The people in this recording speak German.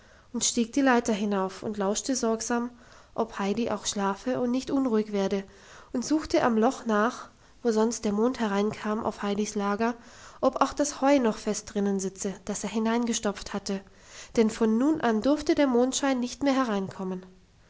und stieg die leiter hinauf und lauschte sorgsam ob heidi auch schlafe und nicht unruhig werde und suchte am loch nach wo sonst der mond hereinkam auf heidis lager ob auch das heu noch fest drinnen sitze das er hineingestopft hatte denn von nun an durfte der mondschein nicht mehr hereinkommen